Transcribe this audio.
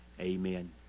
Amen